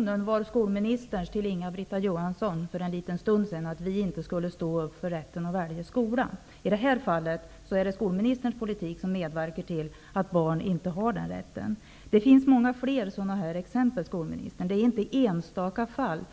en liten stund sedan var det skolministern som i en debatt med Inga-Britt Johansson insinuerade att vi inte skulle stå upp för rätten att välja skola. I det här fallet är det skolministerns politik som medverkar till att barn inte har den rätten. Det finns många fler sådana här exempel, skolministern. Det är inte fråga om enstaka fall.